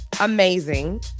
amazing